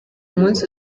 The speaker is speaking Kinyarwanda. munsi